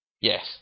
Yes